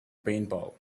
paintball